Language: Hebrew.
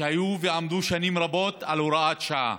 שהיו ועמדו שנים רבות על הוראת שעה,